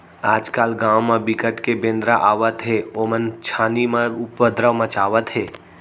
आजकाल गाँव म बिकट के बेंदरा आवत हे ओमन छानही म उपदरो मचावत हे